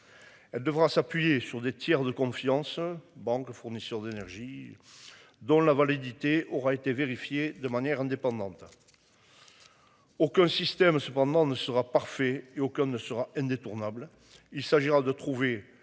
Elle devra s'appuyer sur des tiers de confiance banque fournisseur d'énergie. Dont la validité aura été vérifié de manière indépendante. Aucun système cependant ne sera parfait et aucun ne sera elle détourna bleu. Il s'agira de trouver la